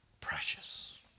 Precious